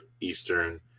eastern